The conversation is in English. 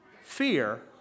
fear